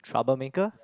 troublemaker